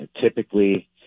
typically